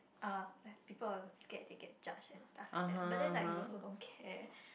uh like people will scare they get judged and stuff like that but then like you also don't care